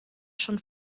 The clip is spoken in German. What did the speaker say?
schon